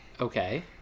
Okay